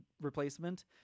replacement